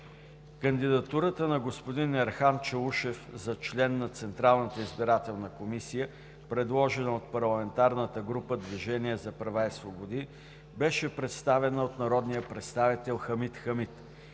Кандидатурата на господин Ерхан Чаушев за член на Централната избирателна комисия, предложена от парламентарната група на „Движение за права и свободи“, беше представена от народния представител Хамид Хамид,